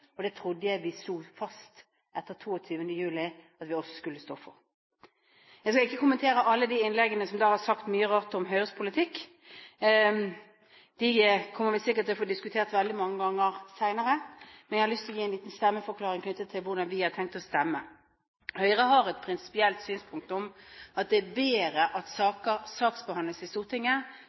og det trodde jeg vi slo fast etter 22. juli at vi også skulle stå for. Jeg skal ikke kommentere alle de innleggene der det er sagt mye rart om Høyres politikk. Dem kommer vi sikkert til å få diskutert veldig mange ganger senere. Men jeg vil gi en stemmeforklaring. Høyre har det prinsipielle synspunkt at det er bedre at forslag saksbehandles i Stortinget